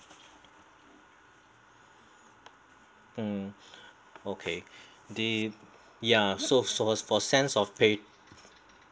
okay the ya so of so for sense of pat~